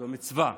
זה מצווה.